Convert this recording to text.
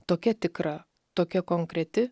tokia tikra tokia konkreti